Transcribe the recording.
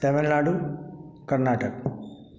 Tamil Nadu Karnataka